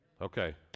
Okay